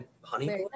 honey